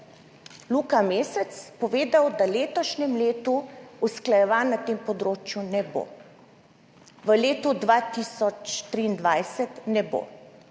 Luka Mesec povedal, da v letošnjem letu usklajevanj na tem področju ne bo, v letu 2023 ne bo.